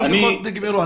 שלוש דקות נגמרו.